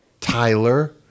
Tyler